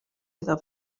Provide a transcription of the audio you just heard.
iddo